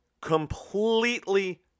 completely